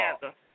together